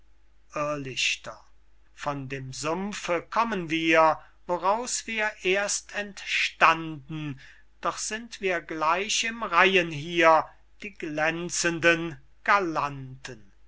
irrlichter von dem sumpfe kommen wir woraus wir erst entstanden doch sind wir gleich im reihen hier die glänzenden